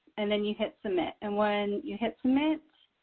and then you hit submit. and when you hit submit,